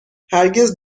هرگز